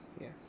yes